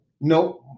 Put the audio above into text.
no